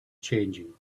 changing